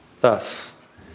Thus